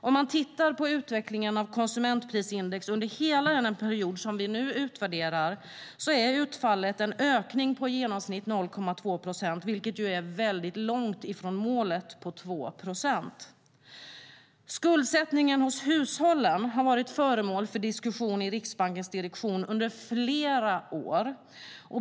Om man tittar på utvecklingen av konsumentprisindex under hela den period som vi nu utvärderar är utfallet en ökning på i genomsnitt 0,2 procent, vilket är långt ifrån målet på 2 procent. Skuldsättningen hos hushållen har varit föremål för diskussion i Riksbankens direktion under flera år.